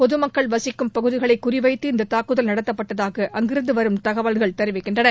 பொதுமக்கள் வசிக்கும் பகுதிகளை குறிவைத்து இந்த தாக்குதல் நடத்தப்பட்டதாக அங்கிருந்து வரும் தகவல்கள் தெரிவிக்கின்றன